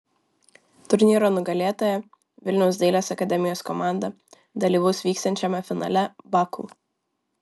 turnyro nugalėtoja vilniaus dailės akademijos komanda dalyvaus vyksiančiame finale baku